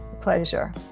Pleasure